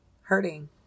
hurting